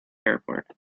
airport